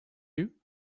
you